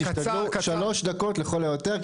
תשתדלו שלוש דקות לכל היותר,